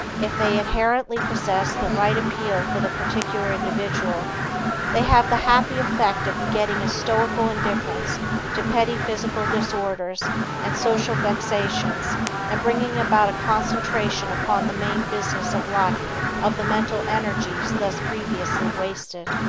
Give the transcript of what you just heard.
if they inherently possess the right appeal for the particular individual they have the happy effect of begetting a stoical indifference to petty physical disorders and social vexations and bringing about a concentration upon the main business of life of the mental energies thus previously wasted.